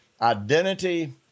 identity